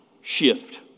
shift